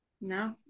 no